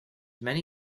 many